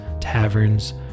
taverns